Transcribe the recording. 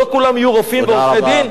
לא כולם יהיו רופאים ועורכי-דין.